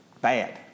Bad